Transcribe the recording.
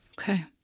Okay